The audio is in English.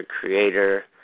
creator